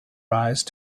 rise